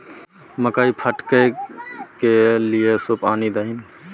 मकई फटकै लए सूप आनि दही ने